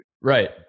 Right